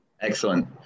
excellent